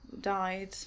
died